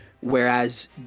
Whereas